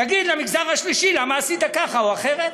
תגיד למגזר השלישי למה עשית ככה או אחרת.